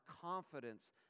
confidence